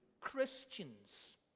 Christians